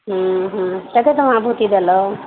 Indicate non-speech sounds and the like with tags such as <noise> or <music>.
ହୁଁ ହୁଁ ତାକୁ ତମେ <unintelligible> ଦେଲ